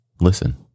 Listen